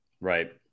Right